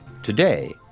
Today